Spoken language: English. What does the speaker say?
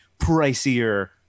pricier